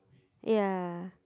ya